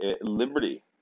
liberty